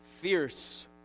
Fierce